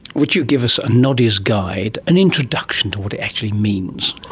would you give us a noddy's guide, an introduction to what it actually means?